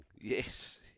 Yes